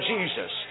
Jesus